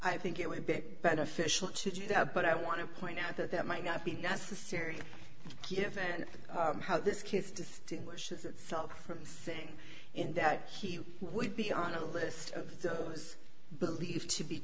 i think it would be beneficial to do that but i want to point out that that might not be necessary if and how this case distinguished itself from saying in that he would be on a list of those believed to be